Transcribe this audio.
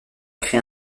créé